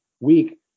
Week